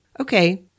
okay